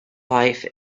life